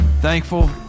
Thankful